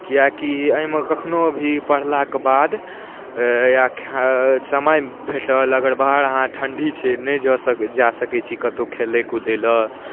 किएकि एहिमे कखनहु भी पढ़लाके बाद या समय भेटल अगर बाहर अहाँ ठण्डी छै नहि जा सकै छी कतहु खेलै कुदैलए